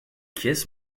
kiss